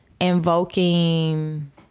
invoking